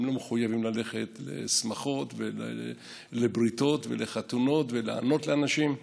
הם לא מחויבים ללכת לשמחות ולבריתות ולחתונות ולענות לאנשים,